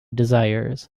desires